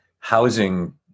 Housing